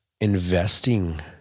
investing